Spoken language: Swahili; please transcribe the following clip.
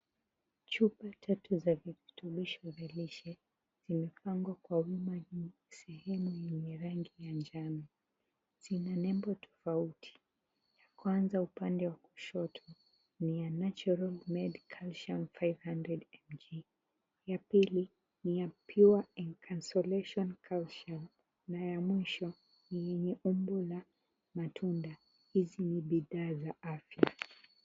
Chupa tatu za virutubisho vya lishe zimepangwa kwa wima juu sehemu yenye rangi ya manjano, zina nembo tofauti ya kwanza upande wa kushoto ni ya natural made calcium 500mg ya pili ni ya pure encancellation calcium na ya mwisho ni yenye umbo la matunda, hizi ni bidhaa za afya.